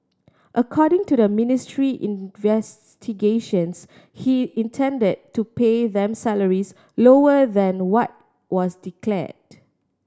according to the ministry investigations he intended to pay them salaries lower than what was declared